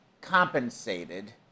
compensated